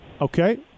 Okay